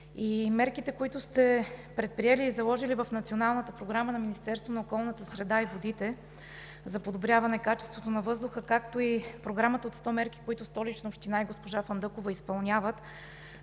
Мерките, които сте предприели и заложили в Националната програма на Министерството на околната среда и водите за подобряване качеството на въздуха и Програмата от 100 мерки, които Столична община и госпожа Фандъкова изпълняват,